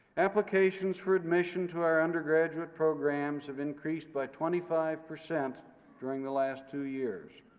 applications for admission to our undergraduate programs have increased by twenty five percent during the last two years.